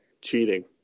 Cheating